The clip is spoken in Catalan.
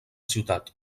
ciutat